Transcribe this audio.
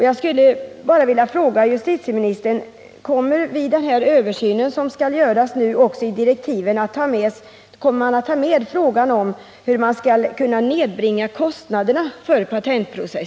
Jag skulle nu bara vilja fråga justitieministern: Kommer man i direktiven för den översyn som skall göras också att ta med frågan om hur kostnaderna för patentprocessen skall kunna nedbringas?